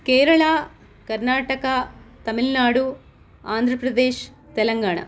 Kerala Karnataka Tamil Nadu Andhra Pradesh Telangana